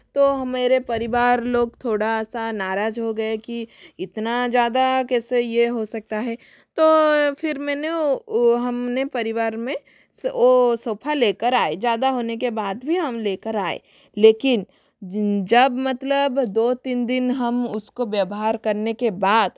तो मेरे परिवार लोग थोड़ा सा नाराज हो गए कि इतना ज़्यादा कैसे ये हो सकता है तो फिर मैंने वो हमने परिवार में वो सोफा लेकर आए ज़्यादा होने के बाद भी हम लेकर आए लेकिन जब मतलब दो तीन दिन हम उसके व्यवहार करने के बाद